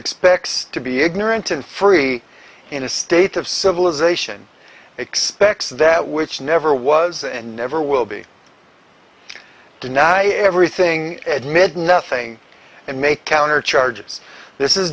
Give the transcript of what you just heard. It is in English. expects to be ignorant and free in a state of civilization expects that which never was and never will be deny everything and made nothing and make countercharges this is